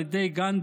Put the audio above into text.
על ידי גנדי,